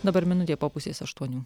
dabar minutė po pusės aštuonių